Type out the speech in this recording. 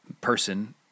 person